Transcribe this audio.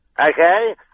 Okay